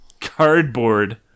Cardboard